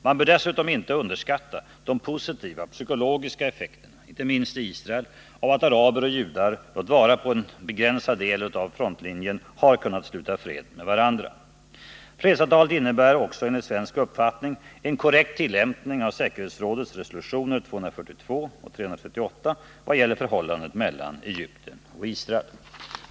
Man bör dessutom inte underskatta de positiva psykologiska effekterna, inte minst i Israel, av att araber och judar — låt vara på en begränsad del av frontlinjen — har kunnat sluta fred med varandra. Fredsavtalet innebar också enligt svensk uppfattning en korrekt tillämpning av säkerhetsrådets resolutioner 242 och 338 vad gäller förhållandet mellan Egypten och Israel.